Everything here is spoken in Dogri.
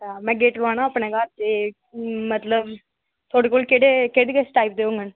ते में गेट लोआना अपने घर ते थुआढ़े कोल केह्ड़े केह्ड़े टाईप दे होङन